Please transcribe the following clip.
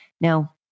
Now